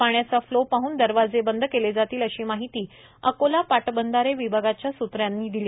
पाण्याचा फ्लो पाहन दरवाजे बंद केले जातील अशी माहिती अकोला पाटबंधारे विभागाच्या सुत्रांनी दिली